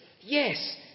Yes